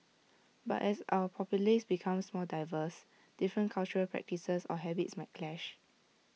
but as our populace becomes more diverse different cultural practices or habits might clash